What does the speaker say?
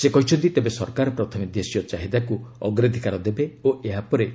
ସେ କହିଛନ୍ତି ତେବେ ସରକାର ପ୍ରଥମେ ଦେଶୀୟ ଚାହିଦାକୁ ଅଗ୍ରାଧିକାର ଦେବେ ଓ ଏହା ପରେ